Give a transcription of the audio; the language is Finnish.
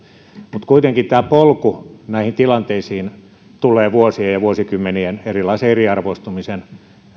mutta kuitenkin tämä polku näihin tilanteisiin tulee vuosien ja vuosikymmenien erilaisen eriarvoistumisen